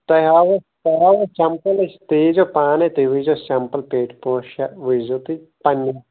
تۄہہِ ہاوو صحراے حظ سیمپٕل أسۍ ژٕ وُچھکھ پانے تہٕ تُہۍ وُچھۍ زیٚو سیمپٔل پیٚٹہِ پٲنٛژھ شےٚ وُچھۍ زیوٚ تُہۍ پننہِ